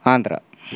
Andhra